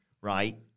Right